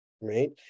right